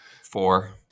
four